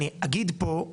אני אגיד פה,